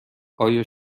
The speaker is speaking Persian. آیا